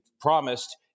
promised